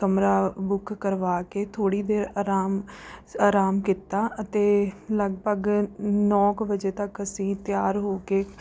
ਕਮਰਾ ਬੁੱਕ ਕਰਵਾ ਕੇ ਥੋੜ੍ਹੀ ਦੇਰ ਅਰਾਮ ਅਰਾਮ ਕੀਤਾ ਅਤੇ ਲਗਭਗ ਨੌ ਕੁ ਵਜੇ ਤੱਕ ਅਸੀਂ ਤਿਆਰ ਹੋ ਕੇ